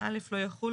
גנים לאומיים,